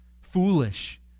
foolish